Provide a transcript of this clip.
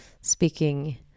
speaking